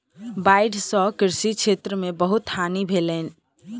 बाइढ़ सॅ कृषि क्षेत्र में बहुत हानि भेल